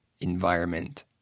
environment